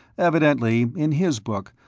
evidently, in his book,